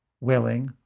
willing